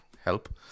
help